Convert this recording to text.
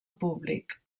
públic